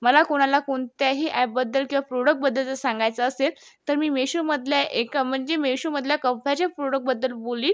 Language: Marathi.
मला कोणाला कोनत्याही अॅपबद्दल किंवा प्रोडकबद्दल जर सांगायचं असेल तर मी मेशोमधल्या एका म्हणजे मेशोमधल्या कप्प्याच्या प्रोडकबद्दल बोलील